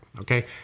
Okay